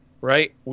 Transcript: right